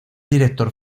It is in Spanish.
director